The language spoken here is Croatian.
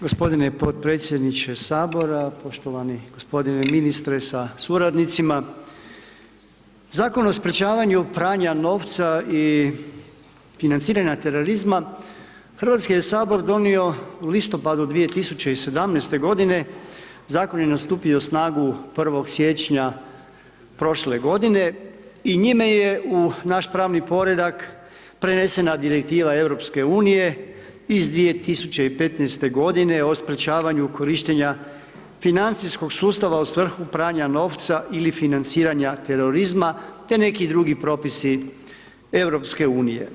Gospodine podpredsjedniče sabora, poštovani gospodine ministre sa suradnicima, Zakon o sprječavanju pranja novca i financiranja Hrvatski je sabor donio u listopadu 2017. godine, zakon je stupio na snagu 1. siječnja prošle godine i njime je u naš pravni poredak prenesena Direktiva EU iz 2015. godine o sprječavanju korištenja financijskog sustava u svrhu pranja novca ili financiranja terorizma te neki drugi propisi EU.